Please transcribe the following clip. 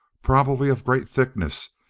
probably of great thickness,